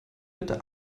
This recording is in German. bitte